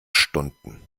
stunden